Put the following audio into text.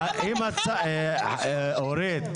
אורית,